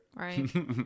Right